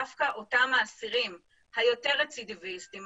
דווקא אותם אסירים היותר רצידיוויסטים,